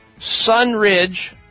Sunridge